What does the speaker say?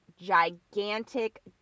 gigantic